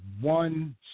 one